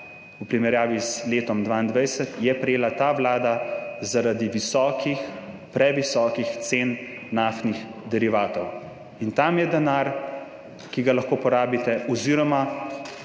v primerjavi z letom 2022 je prejela ta vlada zaradi visokih, previsokih cen naftnih derivatov. In tu je denar, ki ga lahko porabite, oziroma